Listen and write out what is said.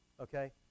okay